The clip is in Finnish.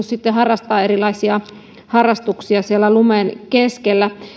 sitten harrastaa erilaisia harrastuksia siellä lumen keskellä